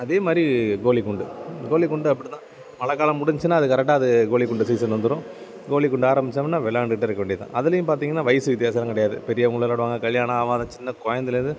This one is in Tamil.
அதேமாதிரி கோலிக்குண்டு கோலிக்குண்டு அப்படிதான் மழைக்காலம் முடிஞ்சுசின்னா அது கரெட்டாக அது கோலிக்குண்டு சீசன் வந்துரும் கோலிக்குண்டு ஆரம்பிச்சோம்னா விளாண்டுக்கிட்டே இருக்கவேண்டியதுதான் அதிலையும் பார்த்திங்கனா வயசு வித்யாசமெலாம் கிடையாது பெரியவங்களும் விளாடுவாங்க கல்யாணம் ஆகாத சின்ன குழந்தைலேருந்து